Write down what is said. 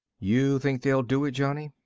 you think they'll do it, johnny?